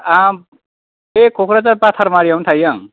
बै क'क्राझार बातारमारियावनो थायो आं